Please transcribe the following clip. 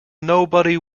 nobody